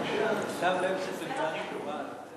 אני שם לב שזה נהיה ריטואל.